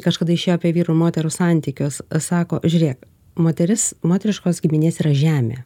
kažkada išėjo apie vyrų moterų santykius sako žiūrėk moteris moteriškos giminės yra žemė